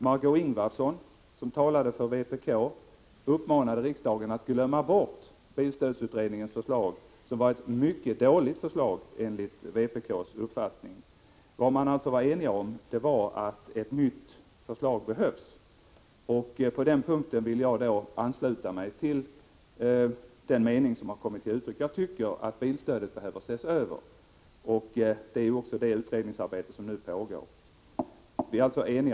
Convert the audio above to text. Margöé Ingvardsson, som talade för vpk, uppmanade riksdagen att glömma bort bilstödsutredningens förslag. Det var mycket dåligt enligt vpk:s mening. Vad man alltså var enig om var att ett nytt förslag behövs. På den punkten vill jag ansluta mig till den mening som kommit till uttryck. Jag tycker att bilstödet behöver ses över. Utredningsarbete pågår nu. Vi är alltså eniga.